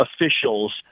officials